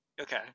Okay